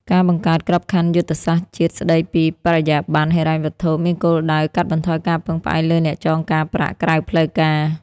ការបង្កើត "ក្របខ័ណ្ឌយុទ្ធសាស្ត្រជាតិស្ដីពីបរិយាបន្នហិរញ្ញវត្ថុ" មានគោលដៅកាត់បន្ថយការពឹងផ្អែកលើអ្នកចងការប្រាក់ក្រៅផ្លូវការ។